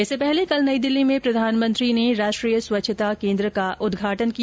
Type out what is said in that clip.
इससे पहले कल नई दिल्ली में प्रधानमंत्री नरेन्द्र मोदी ने राष्ट्रीय स्वच्छता केन्द्र का उद्घाटन किया